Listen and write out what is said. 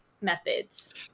methods